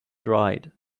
dried